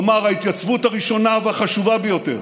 כלומר ההתייצבות הראשונה והחשובה ביותר.